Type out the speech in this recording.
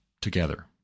together